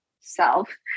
self